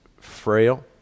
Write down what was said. frail